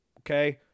okay